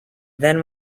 then